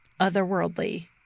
otherworldly